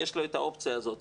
יש לו את האופציה הזאת.